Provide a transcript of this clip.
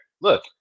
look